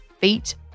feet